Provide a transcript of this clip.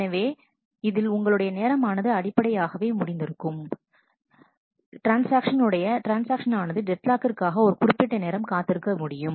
எனவே இதில் உங்களுடைய நேரமானது அடிப்படையாகவே முடிந்திருக்கும் என்னுடைய ட்ரான்ஸ்ஆக்ஷன் ஆனது டெட்லாக்கிற்காக ஒரு குறிப்பிட்ட நேரம் காத்திருக்க முடியும்